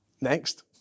Next